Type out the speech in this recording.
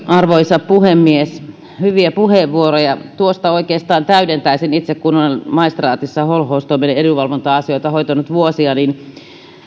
arvoisa puhemies hyviä puheenvuoroja tuosta oikeastaan täydentäisin itse kun olen maistraatissa holhoustoimen edunvalvonta asioita hoitanut vuosia että